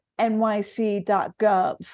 nyc.gov